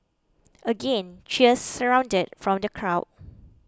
again cheers surrounded from the crowd